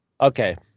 Okay